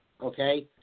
okay